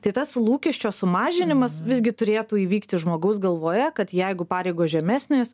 tai tas lūkesčio sumažinimas visgi turėtų įvykti žmogaus galvoje kad jeigu pareigos žemesnės